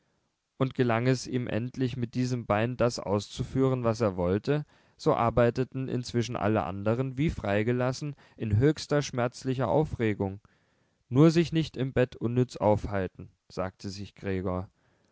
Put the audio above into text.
und gelang es ihm endlich mit diesem bein das auszuführen was er wollte so arbeiteten inzwischen alle anderen wie freigelassen in höchster schmerzlicher aufregung nur sich nicht im bett unnütz aufhalten sagte sich gregor